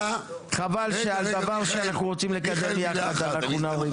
חבל שעל דבר שאנחנו רוצים לקדם ביחד אנחנו נריב.